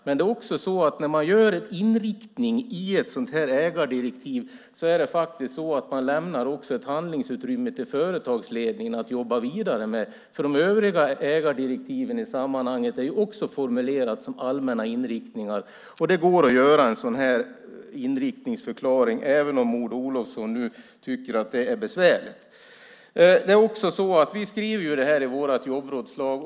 Men när man gör en inriktning i ett sådant här ägardirektiv lämnar man också ett handlingsutrymme till företagsledningen att jobba vidare med. De övriga ägardirektiven i sammanhanget är också formulerade som allmänna inriktningar, och det går att göra en sådan här inriktningsförklaring även om Maud Olofsson nu tycker att det är besvärligt. Vi skriver det här i vårt jobbrådslag.